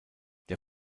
der